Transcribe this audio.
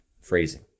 Phrasing